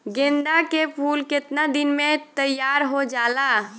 गेंदा के फूल केतना दिन में तइयार हो जाला?